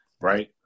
right